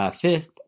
fifth